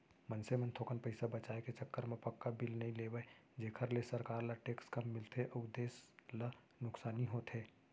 मनसे मन थोकन पइसा बचाय के चक्कर म पक्का बिल नइ लेवय जेखर ले सरकार ल टेक्स कम मिलथे अउ देस ल नुकसानी होथे